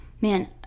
man